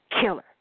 killer